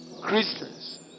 Christians